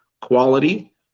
quality